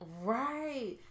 Right